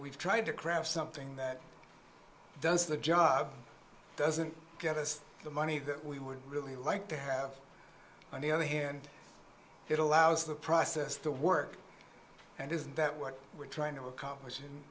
we've tried to craft something that does the job doesn't get us the money that we would really like to have on the other hand it allows the process to work and isn't that what we're trying to accomplish